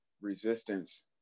resistance